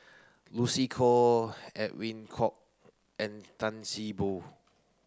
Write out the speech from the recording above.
Lucy Koh Edwin Koek and Tan See Boo